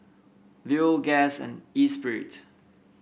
Leo Guess and Espirit